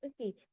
okay